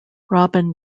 robin